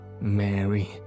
Mary